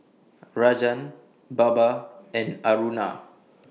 Rajan Baba and Aruna